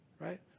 right